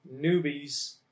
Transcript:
newbies